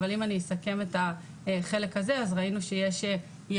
אבל אם אני אסכם את החלק הזה אז ראינו שיש ירידה